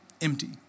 empty